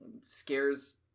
scares